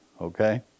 okay